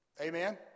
Amen